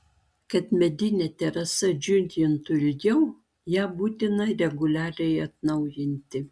kad medinė terasa džiugintų ilgiau ją būtina reguliariai atnaujinti